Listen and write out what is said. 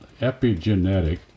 epigenetic